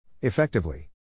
Effectively